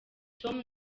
tom